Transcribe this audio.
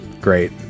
Great